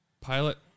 Pilot